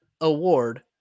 award